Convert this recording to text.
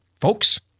folks